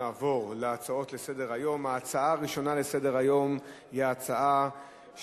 נעבור להצעות לסדר-היום בנושא: המאבק